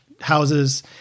houses